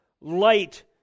light